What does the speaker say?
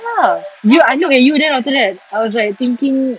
ya you I look at you then after that I was like thinking